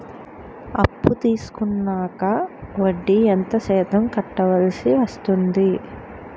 అప్పు తీసుకున్నాక వడ్డీ ఎంత శాతం కట్టవల్సి వస్తుంది?